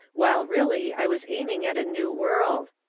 while really i was aiming at a new world.